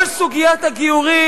כל סוגיית הגיורים,